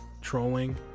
trolling